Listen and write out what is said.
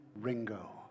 Ringo